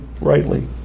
rightly